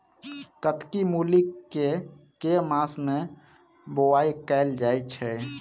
कत्की मूली केँ के मास मे बोवाई कैल जाएँ छैय?